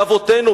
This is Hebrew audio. באבותינו,